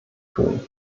tun